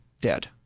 dead